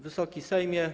Wysoki Sejmie!